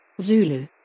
Zulu